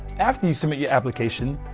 after you submit your application,